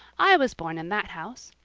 i was born in that house.